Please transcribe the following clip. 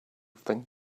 think